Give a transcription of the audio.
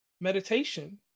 Meditation